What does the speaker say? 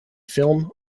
film